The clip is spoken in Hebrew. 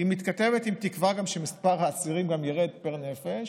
היא מתכתבת עם תקווה שמספר האסירים גם ירד פר נפש,